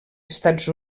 estats